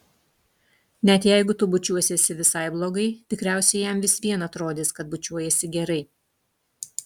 net jeigu tu bučiuosiesi visai blogai tikriausiai jam vis vien atrodys kad bučiuojiesi gerai